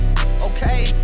Okay